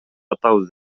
атабыз